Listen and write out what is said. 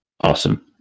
awesome